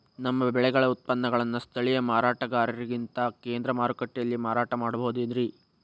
ನಮ್ಮ ಬೆಳೆಗಳ ಉತ್ಪನ್ನಗಳನ್ನ ಸ್ಥಳೇಯ ಮಾರಾಟಗಾರರಿಗಿಂತ ಕೇಂದ್ರ ಮಾರುಕಟ್ಟೆಯಲ್ಲಿ ಮಾರಾಟ ಮಾಡಬಹುದೇನ್ರಿ?